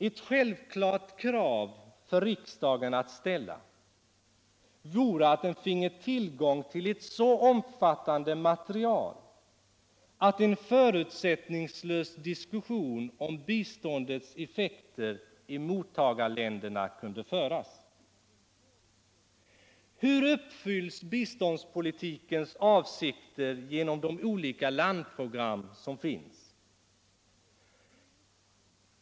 Ew självklart krav för riksdagen att ställa vore att den finge tillgång till ett så omfattande material att en förutsättningslös diskussion om biståndets effekter i mottagarländerna kunde föras. Hur uppfylls biståndspolitikens avsikter genom de olika länderprogram som finns?